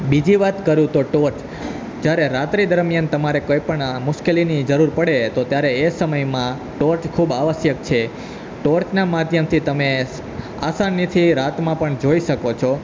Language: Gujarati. બીજી વાત કરું તો ટોર્ચ જ્યારે રાત્રિ દરમ્યાન તમારે કોઈ પણ આ મુશ્કેલીની જરૂર પડે ત્યારે એ સમયમાં ટોર્ચ ખૂબ આવશ્યક છે ટૉર્ચના માધ્યમથી તમે આસાનીથી રાતમાં પણ જોઈ શકો છો